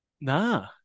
nah